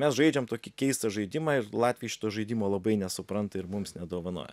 mes žaidžiam tokį keistą žaidimą ir latviai šito žaidimo labai nesupranta ir mums nedovanoja